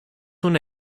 una